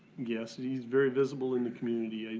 yes and he's very visible in the community. ah